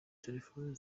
telefoni